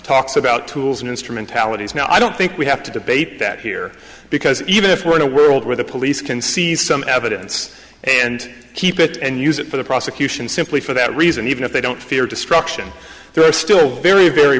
talks about tools and instrumentalities now i don't think we have to debate that here because even if we're in a world where the police can seize some evidence and keep it and use it for the prosecution simply for that reason even if they don't fear destruction they're still very very